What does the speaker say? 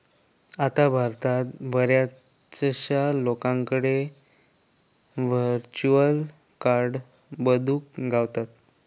आता भारतात बऱ्याचशा लोकांकडे व्हर्चुअल कार्ड बघुक गावतत